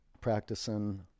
practicing